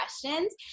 questions